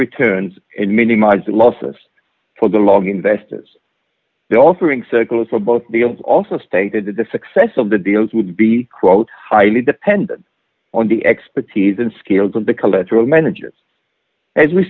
returns and minimize losses for the long investors they also bring circulars for both deals also stated that the success of the deals would be quote highly dependent on the expertise and skills of the collateral managers as we